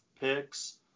picks